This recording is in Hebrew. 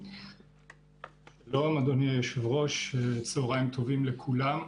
שלום, אדוני היושב-ראש, צוהריים טובים לכולם.